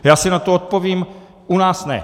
Já si na to odpovím: U nás ne.